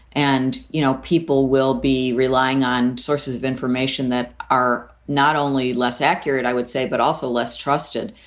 and, you know, people will be relying on sources of information that are not only less accurate, i would say, but also less trusted.